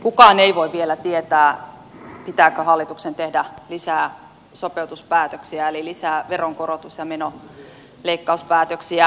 kukaan ei voi vielä tietää pitääkö hallituksen tehdä lisää sopeutuspäätöksiä eli lisää veronkorotus ja menoleikkauspäätöksiä